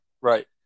Right